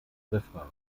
refrain